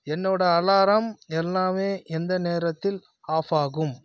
என்னோட அலாரம் எல்லாமே எந்த நேரத்தில் ஆஃப் ஆகும்